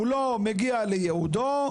הוא לא מגיע לייעודו,